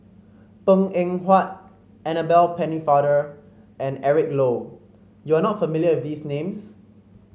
Png Eng Huat Annabel Pennefather and Eric Low you are not familiar with these names